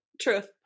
Truth